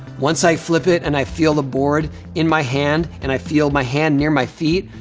once i flip it and i feel the board in my hand and i feel my hand near my feet,